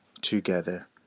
together